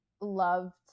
loved